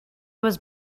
was